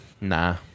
Nah